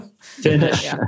Finish